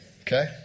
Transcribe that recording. Okay